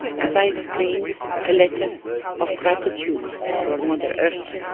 as i explained a letter of gratitude to our mother earth.